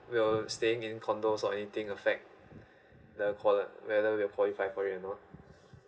we all staying in condo so anything affect the quali~ whether will qualify for it or not